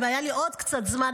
אם היה לי עוד קצת זמן,